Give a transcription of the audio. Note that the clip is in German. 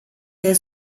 der